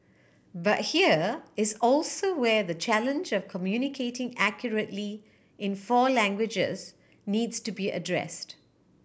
but here is also where the challenge of communicating accurately in four languages needs to be addressed